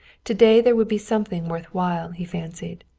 to-day there would be something worth while, he fancied.